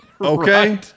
Okay